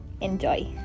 enjoy